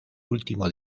último